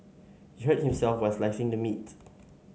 he hurt himself while slicing the meat